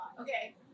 Okay